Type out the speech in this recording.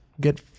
get